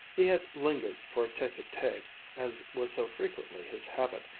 he had lingered for a tete-a-tete, as was so frequently his habit,